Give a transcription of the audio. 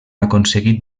aconseguit